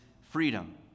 freedom